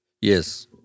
Yes